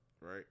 right